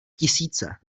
tisíce